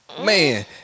man